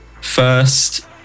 first